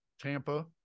Tampa